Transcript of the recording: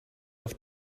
auf